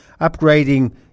upgrading